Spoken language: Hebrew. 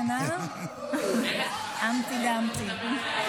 המפטי דמפטי.